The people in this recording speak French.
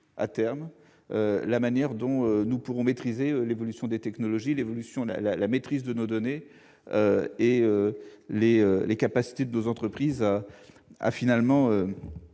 à terme, la manière dont nous pourrons maîtriser l'évolution des technologies, nos données et les capacités de nos entreprises à être